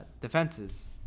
defenses